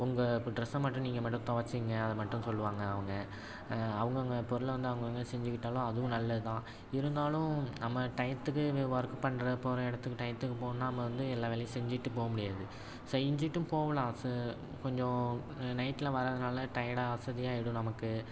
உங்கள் ட்ரஸ்ஸை மட்டும் நீங்கள் மட்டும் துவச்சிங்க அதை மட்டும் சொல்லுவாங்க அவங்க அவங்கவங்க பொருளை வந்து அவங்கவர்களே செஞ்சுக்கிட்டாலும் அதுவும் நல்லது தான் இருந்தாலும் நம்ம டையத்துக்கு இவ வொர்க்கு பண்ணுற போகிற இடத்துக்கு டையத்துக்கு போண் நம்ம வந்து எல்லா வேலையும் செஞ்சுட்டு போக முடியாது செஞ்சிட்டும் போகலாம் செ கொஞ்சம் நைட்டில் வரதுனால் டையடாக அசதியாகிடும் நமக்கு